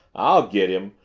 i'll get him,